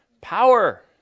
power